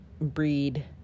breed